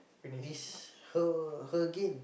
is her her gain